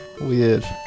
Weird